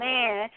Man